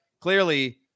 clearly